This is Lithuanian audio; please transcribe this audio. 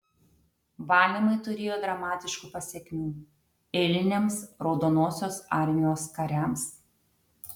valymai turėjo dramatiškų pasekmių eiliniams raudonosios armijos kariams